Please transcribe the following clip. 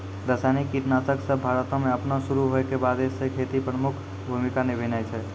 रसायनिक कीटनाशक सभ भारतो मे अपनो शुरू होय के बादे से खेती मे प्रमुख भूमिका निभैने छै